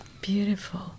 Beautiful